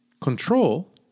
control